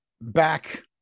back